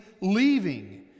leaving